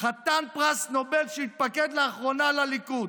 חתן פרס נובל, שהתפקד לאחרונה לליכוד?